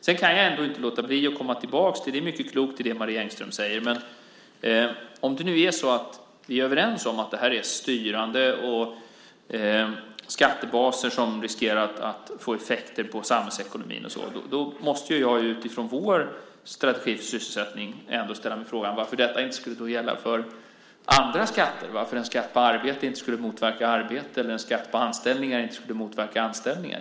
Sedan kan jag ändå inte låta bli att, trots att det är mycket klokt i det Marie Engström säger, komma tillbaka till att om vi nu är överens om att det här är styrande och att skattebaser riskerar att få effekter på samhällsekonomin måste jag utifrån vår strategi för sysselsättning ändå ställa mig frågan varför detta inte skulle gälla för andra skatter, varför en skatt på arbete inte skulle motverka arbete eller en skatt på anställningar inte skulle motverka anställningar.